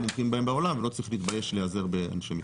מומחים בהם בעולם ולא צריך להתבייש להיעזר באנשי מקצוע.